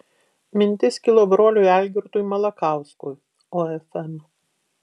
mintis kilo broliui algirdui malakauskiui ofm